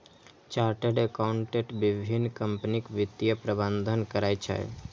chartered accountant विभिन्न कंपनीक वित्तीय प्रबंधन करै छै